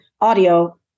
audio